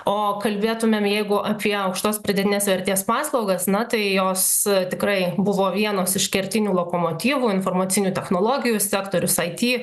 o kalbėtumėm jeigu apie aukštos pridėtinės vertės paslaugas na tai jos tikrai buvo vienos iš kertinių lokomotyvų informacinių technologijų sektorius it